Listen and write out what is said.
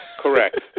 Correct